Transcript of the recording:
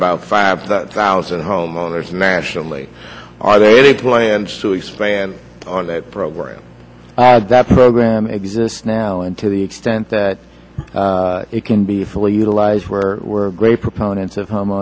about five thousand homeowners nationally are there any plans to expand on that program that program exists now and to the extent that it can be fully utilized where we're great proponents of home